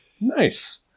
nice